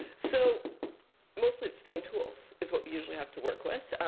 so mostly it's stone tools, is what we usually have to work with,